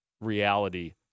reality